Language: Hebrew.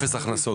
אפס הכנסות.